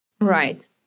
Right